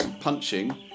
punching